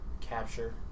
Capture